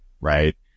right